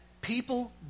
people